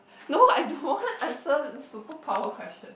no I don't want answer superpower question